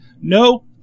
no